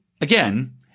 again